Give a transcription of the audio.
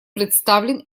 представлен